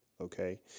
okay